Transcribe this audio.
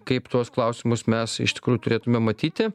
kaip tuos klausimus mes iš tikrųjų turėtume matyti